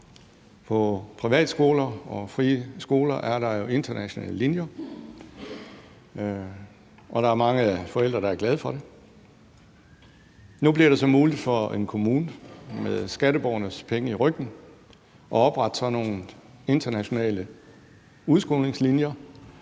På privatskoler og friskoler er der jo internationale linjer, og der er mange forældre, der er glade for det. Nu bliver det så muligt for en kommune, med skatteborgernes penge i ryggen, at oprette sådan nogle internationale udskolingslinjer,